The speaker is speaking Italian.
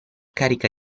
carica